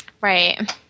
Right